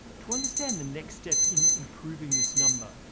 to understand the next step in improving this number,